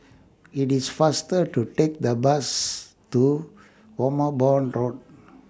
IT IS faster to Take The Bus to Road